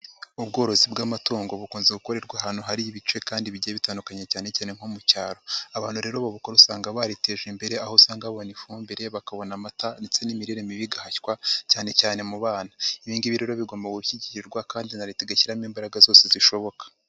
Ubworozi bw'amatungo bukunze gukorerwa ahantu hari ibice kandi bigiye bitandukanye cyane cyane nko mu cyaro, abantu rero babaukora usanga bariteje imbere aho usanga babona ifumbire, bakabona amata ndetse n'imirire mibi igahashywa cyane cyane mu bana; ibi ngibi rero bigomba gushyigikirwa kandi na Leta igashyiramo imbaraga zose zishoboka.